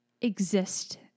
exist